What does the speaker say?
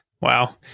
wow